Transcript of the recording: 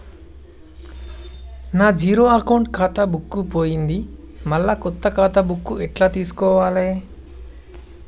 నా zero account ఖాతా book పోయింది మళ్ళా కొత్త ఖాతా బుక్కు ఎట్ల తీసుకోవాలే?